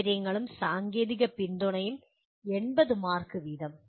സൌകര്യങ്ങളും സാങ്കേതിക പിന്തുണയും 80 മാർക്ക് വീതം